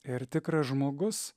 ir tikras žmogus